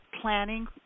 planning